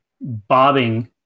bobbing